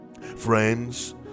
Friends